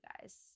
guys